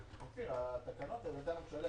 שלום לכולם ותודה על ההזמנה לדיון החשוב הזה.